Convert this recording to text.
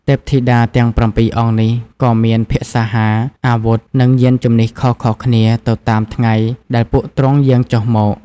ទេពធីតាទាំង៧អង្គនេះ ក៏មានភក្សាហារ អាវុធ និងយានជំនិះខុសៗគ្នាទៅតាមថ្ងៃដែលពួកទ្រង់យាងចុះមក។